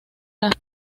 las